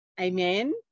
Amen